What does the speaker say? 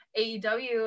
AEW